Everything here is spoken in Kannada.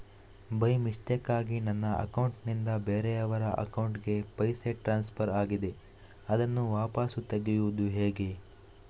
ಬೈ ಮಿಸ್ಟೇಕಾಗಿ ನನ್ನ ಅಕೌಂಟ್ ನಿಂದ ಬೇರೆಯವರ ಅಕೌಂಟ್ ಗೆ ಪೈಸೆ ಟ್ರಾನ್ಸ್ಫರ್ ಆಗಿದೆ ಅದನ್ನು ವಾಪಸ್ ತೆಗೆಯೂದು ಹೇಗೆ?